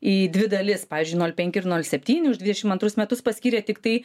į dvi dalis pavyzdžiui nol penki ir nol septyni už dvidešim antrus metus paskyrė tiktai